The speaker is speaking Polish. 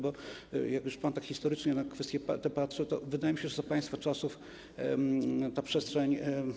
Bo jak już pan historycznie na te kwestie patrzy, to wydaje mi się, że za państwa czasów ta przestrzeń.